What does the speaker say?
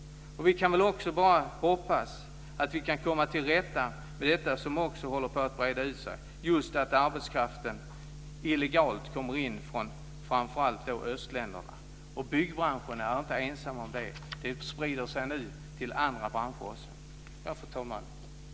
Vi kan också bara hoppas att vi kan komma till rätta med detta som håller på att breda ut sig, just att arbetskraften illegalt kommer in från framför allt östländerna. Byggbranschen är inte ensam om det, utan det sprider sig nu till andra branscher också. Fru talman!